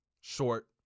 short